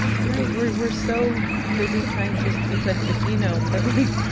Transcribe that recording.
right. we're we're so busy trying to sequence the genome. but, like,